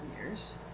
years